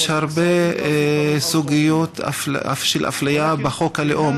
יש הרבה סוגיות של אפליה בחוק הלאום,